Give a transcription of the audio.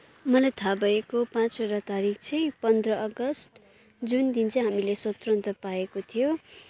मलाई थाहा भएको पाँचवटा तरिख चाहिँ पन्ध्र अगस्त जुन दिन चाहिँ हामीले स्वतन्त्र पाएको थियौँ